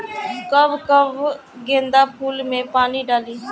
कब कब गेंदा फुल में पानी डाली?